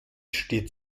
steht